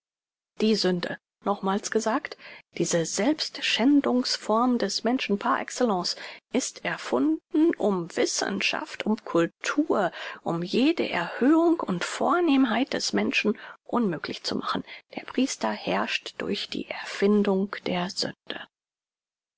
die sünde nochmals gesagt diese selbstschändungs form des menschen par excellence ist erfunden um wissenschaft um cultur um jede erhöhung und vornehmheit des menschen unmöglich zu machen der priester herrscht durch die erfindung der sünde